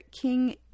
King